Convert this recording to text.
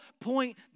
point